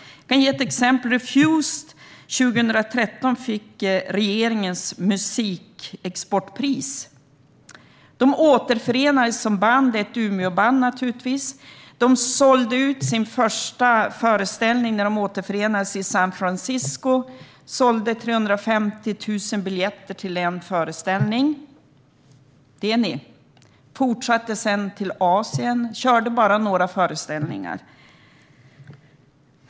Jag kan ge ett exempel: Refused, som fick regeringens musikexportpris. Det är ett Umeåband som återförenades. De sålde ut sin första föreställning vid återföreningen i San Fransisco - 350 000 biljetter till en föreställning. Det, ni! De fortsatte sedan till Asien, där de bara körde några föreställningar.